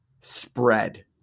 spread